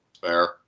Fair